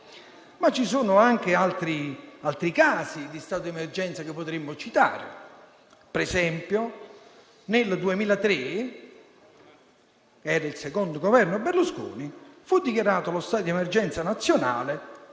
Ci sono anche altri casi di stato d'emergenza che potremmo citare: per esempio, nel 2003, con il secondo Governo Berlusconi, fu dichiarato lo stato di emergenza nazionale